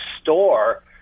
store –